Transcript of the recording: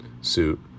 suit